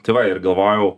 tai va ir galvojau